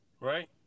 right